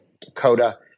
Dakota